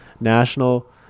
National